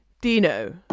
Dino